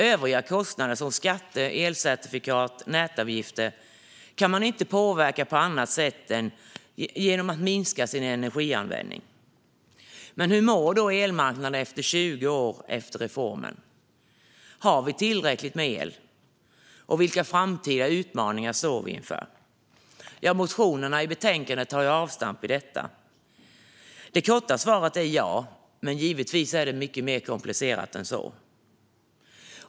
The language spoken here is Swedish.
Övriga kostnader som skatter, elcertifikat och nätavgifter kan man inte påverka på annat sätt än genom att minska sin elanvändning. Hur mår då elmarknaden 20 år efter reformen? Vilka framtida utmaningar står vi inför? Har vi tillräckligt med el? Motionerna i betänkandet tar avstamp i detta. Det korta svaret på den sista frågan är ja, men det är givetvis mycket mer komplicerat än så.